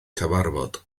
cyfarfod